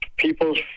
People's